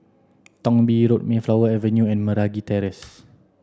Thong Bee Road Mayflower Avenue and Meragi Terrace